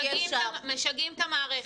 משגעים את המערכת.